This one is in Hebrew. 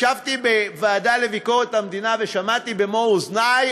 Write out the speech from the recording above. ישבתי בוועדה לביקורת המדינה ושמעתי במו-אוזני.